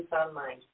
Online